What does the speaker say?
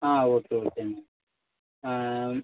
ah okay okay ma'am ah